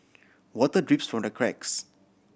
water drips from the cracks